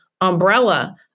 umbrella